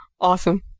Awesome